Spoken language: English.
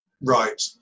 right